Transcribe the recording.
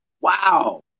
wow